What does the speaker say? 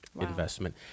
investment